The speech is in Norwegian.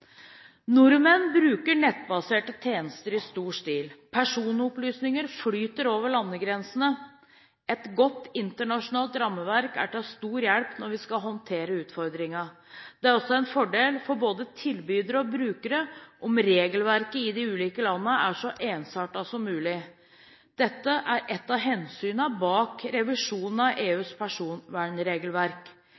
Nordmenn bruker nettbaserte tjenester i stor stil. Personopplysninger flyter over landegrensene. Et godt internasjonalt rammeverk er til stor hjelp når vi skal håndtere utfordringene. Det er også en fordel for både tilbydere og brukere om regelverket i de ulike landene er så ensartet som mulig. Dette er ett av hensynene bak revisjonen av